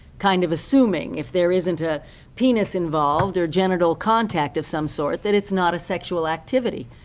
kind of assuming if there isn't a penis involved or genital contact of some sort, that it's not a sexual activity.